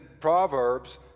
Proverbs